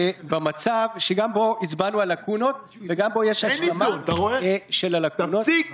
ובמצב הנוכחי של הקורונה וכל נושא הגבייה שלא מתבצע ברשויות,